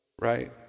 right